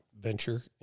venture